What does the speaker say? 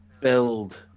build